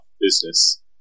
business